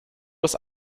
das